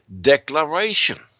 declaration